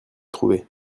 trouver